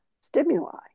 stimuli